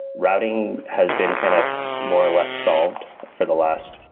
routing has been kind of more or less solved for the last,